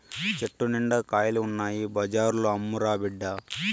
చెట్టు నిండా కాయలు ఉన్నాయి బజార్లో అమ్మురా బిడ్డా